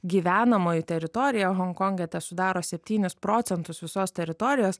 gyvenamoji teritorija honkonge tesudaro septynis procentus visos teritorijos